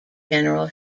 general